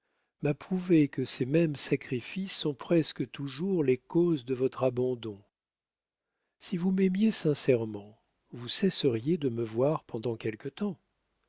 m'a prouvé que ces mêmes sacrifices sont presque toujours les causes de votre abandon si vous m'aimiez sincèrement vous cesseriez de me voir pendant quelque temps